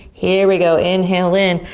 here we go. inhale in.